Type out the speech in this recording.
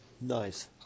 Nice